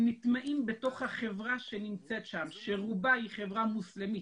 הם נטמעים בתוך החברה שנמצאת שם שרובה חברה מוסלמית.